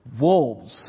wolves